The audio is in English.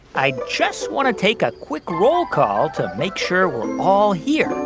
i just want to take a quick roll call to make sure we're all here.